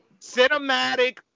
cinematic